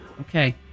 Okay